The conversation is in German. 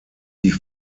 die